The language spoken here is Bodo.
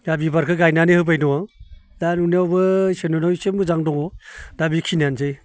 दा बिबारखो गायनानै होबाय दङ दा नुनायावबो इसोरनि अननायाव इसे मोजां दङ दा बिखिनियानोसै